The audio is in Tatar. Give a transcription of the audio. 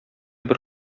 бер